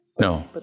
No